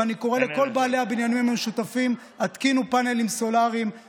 ואני קורא לכל בעלי הבניינים המשותפים: התקינו פאנלים סולריים,